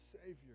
Savior